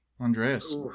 Andreas